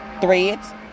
threads